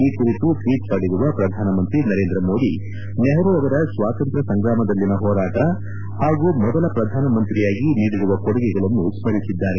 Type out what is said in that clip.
ಈ ಕುರಿತು ಟ್ವೀಟ್ ಮಾಡಿರುವ ಪ್ರಧಾನ ಮಂತ್ರಿ ನರೇಂದ್ರ ಮೋದಿ ನೆಹರೂ ಅವರ ಸ್ವಾತಂತ್ರ್ಯ ಸಂಗ್ರಾಮದಲ್ಲಿನ ಹೋರಾಟ ಹಾಗೂ ಮೊದಲ ಪ್ರಧಾನ ಮಂತ್ರಿಯಾಗಿ ನೀಡಿರುವ ಕೊಡುಗೆಗಳನ್ನು ಸ್ಥರಿಸಿದ್ದಾರೆ